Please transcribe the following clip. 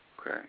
Okay